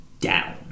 down